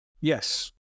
Yes